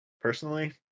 Personally